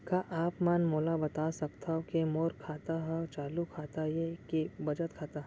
का आप मन मोला बता सकथव के मोर खाता ह चालू खाता ये के बचत खाता?